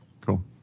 Cool